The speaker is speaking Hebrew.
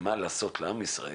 מה לעשות לעם ישראל,